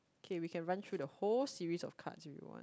okay we can run through the whole series of cards if you want